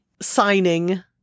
Signing